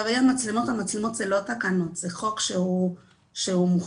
המצלמות זה לא תקנות, זה חוק שהוא מוחל,